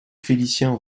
félicien